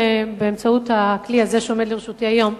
באמצעות הכלי הזה שעומד לרשותי היום,